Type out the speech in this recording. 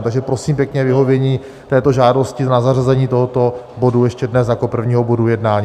Takže prosím pěkně o vyhovění této žádosti na zařazení tohoto bodu ještě dnes jako prvního bodu jednání.